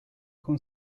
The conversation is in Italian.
con